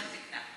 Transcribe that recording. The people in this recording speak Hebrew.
בתחום הזקנה.